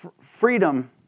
freedom